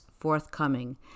forthcoming